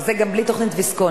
וזה גם בלי תוכנית ויסקונסין.